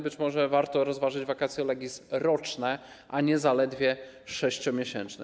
Być może warto rozważyć vacatio legis roczne, a nie zaledwie 6-miesięczne.